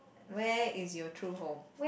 where is your true home